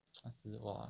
失望